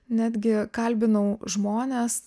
netgi kalbinau žmones